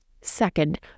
Second